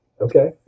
Okay